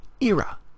era